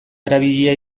erabilia